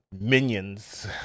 minions